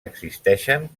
existeixen